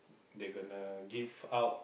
they gonna give out